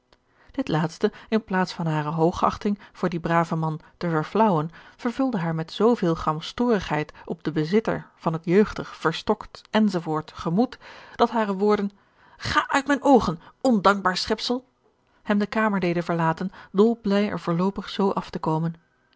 dit laatste in plaats van hare hoogachting voor dien braven man te verflaauwen vervulde haar met zoo veel gramstorigheid op den bezitter van het jeugdig verstokt enz gemoed dat hare woorden ga uit mijne oogen ondankbaar schepsel hem de kamer deden verlaten dol blij er voorloopig zoo af te komen